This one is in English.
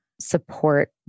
support